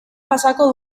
pasako